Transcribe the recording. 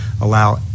allow